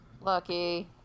Lucky